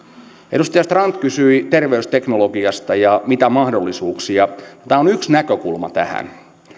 edustaja strand kysyi terveysteknologiasta ja mitä mahdollisuuksia tämä on yksi näkökulma tähän minulla